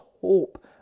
hope